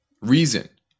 reason